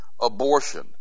abortion